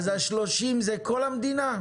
אז 30 זה בכל המדינה?